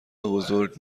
بزرگ